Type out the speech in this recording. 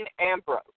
Ambrose